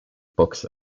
books